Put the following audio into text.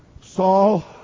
Saul